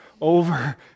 over